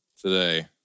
today